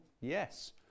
yes